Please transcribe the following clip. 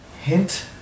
hint